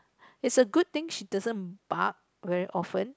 is a good thing she doesn't bark very often